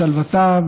שלוותם,